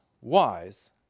wise